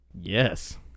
Yes